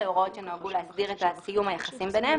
אלה הוראות שנועדו להסדיר את סיום היחסים ביניהם.